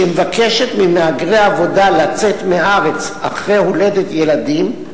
שמבקשת ממהגרי עבודה לצאת מהארץ אחרי הולדת ילדים,